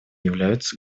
являются